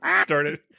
started